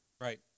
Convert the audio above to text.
Right